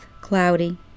cloudy